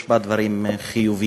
יש בה דברים חיוביים,